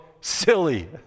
silly